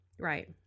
Right